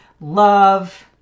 love